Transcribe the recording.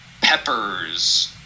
peppers